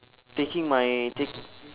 taking my take